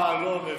אה, לא מפרסם.